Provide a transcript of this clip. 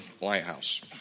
Lighthouse